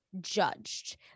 judged